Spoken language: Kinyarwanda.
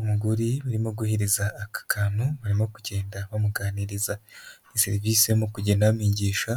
Umugore barimo guhereza aka kantu, barimo kugenda bamuganiriza. Ni serivisi irimo kugenda bamenyesha